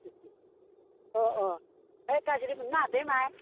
अ अ ओय गाज्रि मोननो नाङा दे माइ